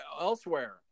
elsewhere